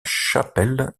chapelle